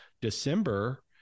December